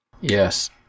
Yes